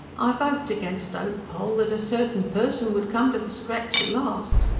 i've hoped against hope, poll, that a certain person would come to the scratch at last.